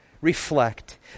Reflect